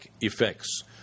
effects